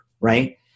right